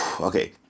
Okay